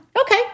Okay